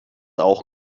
auch